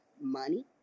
money